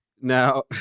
Now